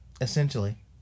Essentially